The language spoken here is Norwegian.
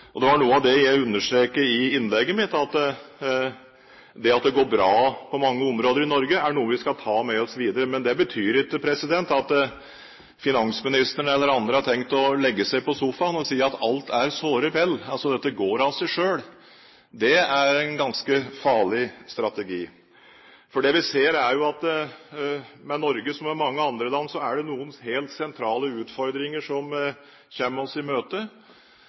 innlegget mitt, var at det at det går bra på mange områder i Norge, er noe vi skal ta med oss videre. Men det betyr ikke at finansministeren eller andre har tenkt å legge seg på sofaen og si alt er såre vel, dette går av seg selv. Det er en ganske farlig strategi. Det vi ser, er at i Norge som i mange andre land er det noen helt sentrale utfordringer som møter oss. Det ene er den demografiske revolusjonen, de store endringene i